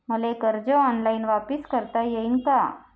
मले कर्ज ऑनलाईन वापिस करता येईन का?